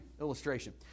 illustration